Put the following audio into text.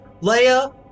Leia